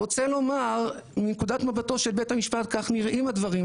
רוצה לומר מנקודת מבטו של בית המשפט כך נראים הדברים,